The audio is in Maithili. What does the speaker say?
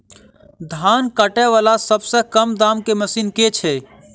धान काटा वला सबसँ कम दाम केँ मशीन केँ छैय?